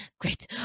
Great